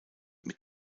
mit